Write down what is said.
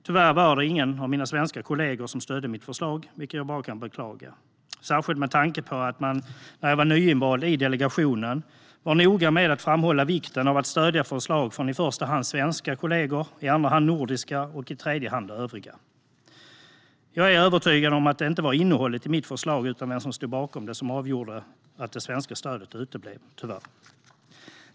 Tyvärr var det ingen av mina svenska kollegor som stödde mitt förslag, vilket jag bara kan beklaga - särskilt med tanke på att man när jag var nyinvald i delegationen var noga med att framhålla vikten av att stödja förslag från i första hand svenska kollegor, i andra hand nordiska och i tredje hand övriga. Jag är övertygad om att det inte var innehållet i mitt förslag utan vem som stod bakom det som avgjorde att det svenska stödet tyvärr uteblev.